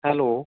hello